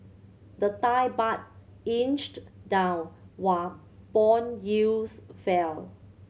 the Thai Baht inched down while bond yields fell